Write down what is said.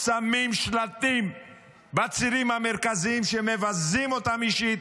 שמים שלטים בצירים המרכזיים שמבזים אותם אישית.